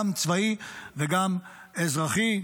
גם צבאי וגם אזרחי,